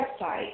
website